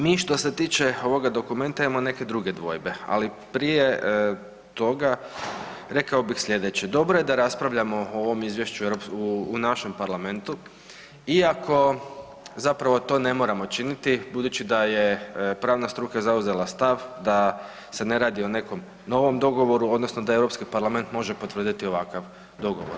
Mi što se tiče ovoga dokumenta imamo neke druge dvojbe, ali prije toga rekao bih slijedeće, dobro je da raspravljamo o ovom izvješću u našem parlamentu iako zapravo to ne moramo činiti budući da je pravna struka zauzela stav da se ne radi o nekom novom dogovoru odnosno da Europski parlament može potvrditi ovakav dogovor.